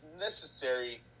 necessary